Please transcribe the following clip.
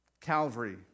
Calvary